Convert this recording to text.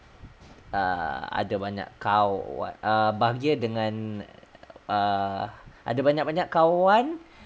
err ada banyak kawan bahagia dengan err ada banyak-banyak kawan